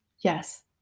Yes